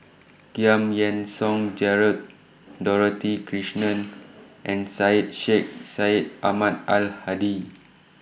Giam Yean Song Gerald Dorothy Krishnan and Syed Sheikh Syed Ahmad Al Hadi